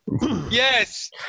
yes